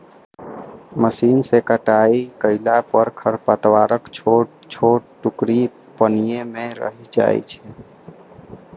machine सं कटाइ कयला पर खरपतवारक छोट छोट टुकड़ी पानिये मे रहि जाइ छै